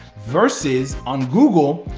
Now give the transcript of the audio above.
versus, on google,